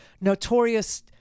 notorious